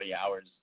hours